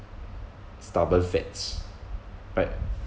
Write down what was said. stubborn fats but